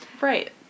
Right